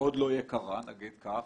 מאוד לא יקרה, נגיד כך.